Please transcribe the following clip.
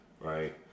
right